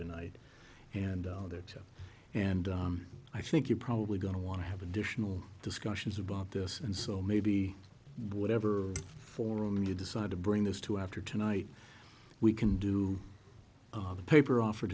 tonight and all that and i think you're probably going to want to have additional discussions about this and so maybe whatever forum you decide to bring this to after tonight we can do the paper offered